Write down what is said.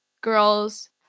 girls